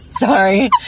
Sorry